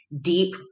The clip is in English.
deep